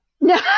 No